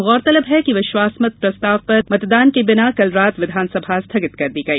गौरतलब है कि विश्वासमत प्रस्ताव पर मतदान के बिना कल रात विधानसभा स्थगित कर दी गई